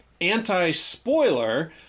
anti-spoiler